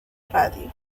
radio